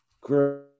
great